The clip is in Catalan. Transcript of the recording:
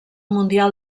mundial